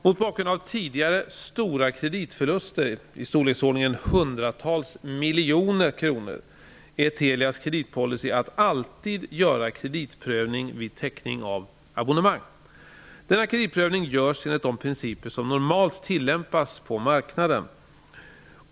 Mot bakgrund av tidigare stora kreditförluster, i storleksordningen hundratals miljoner kronor, är Telias kreditpolicy att alltid göra kreditprövning vid teckning av abonnemang. Denna kreditprövning görs enligt de principer som normalt tillämpas på marknaden.